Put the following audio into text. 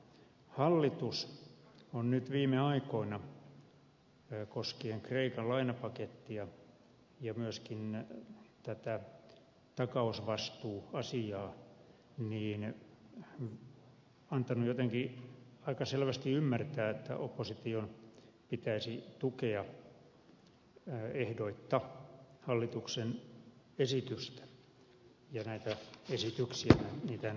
hallitus on nyt viime aikoina koskien kreikan lainapakettia ja myöskin tätä takausvastuuasiaa antanut jotenkin aika selvästi ymmärtää että opposition pitäisi tukea ehdoitta hallituksen esitystä ja näitä esityksiä niitähän on tässä useita